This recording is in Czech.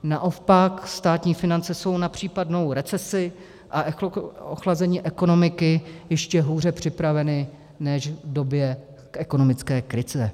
Naopak státní finance jsou na případnou recesi a ochlazení ekonomiky ještě hůře připraveny než v době ekonomické krize.